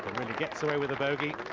gets away with a bogey.